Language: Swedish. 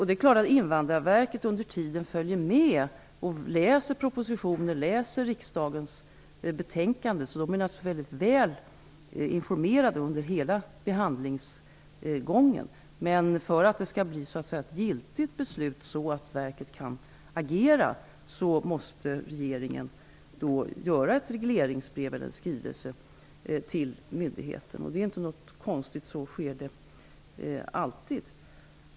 Det är klart att man på Invandrarverket under tiden följer med och läser propositioner och riksdagens betänkanden, och man är därför vädligt väl informerad under hela behandlingsgången. För att det skall bli ett giltigt beslut så att verket kan agera, måste regeringen alltså utfärda ett regleringsbrev eller en skrivelse till myndigheten. Det är inte något konstigt, utan det sker alltid.